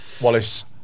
Wallace